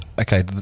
Okay